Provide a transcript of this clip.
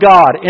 God